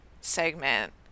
segment